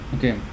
Okay